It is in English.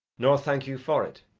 nor thank you for it.